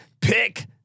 pick